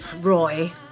Roy